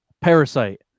Parasite